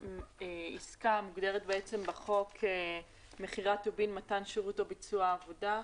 עסקה מוגדרת בחוק מכירת טובין מתן שירות וביצוע עבודה,